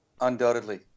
Undoubtedly